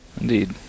Indeed